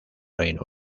reino